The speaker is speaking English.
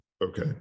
Okay